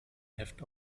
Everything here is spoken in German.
heft